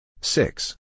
Six